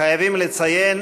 חייבים לציין